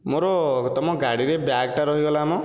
ମୋର ତୁମ ଗାଡ଼ିରେ ବ୍ୟାଗ ଟା ରହିଗଲା ମ